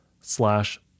slash